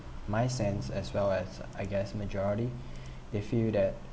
my sense as well as I guess majority they feel that